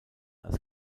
als